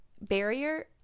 barrier